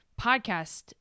podcast